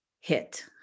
hit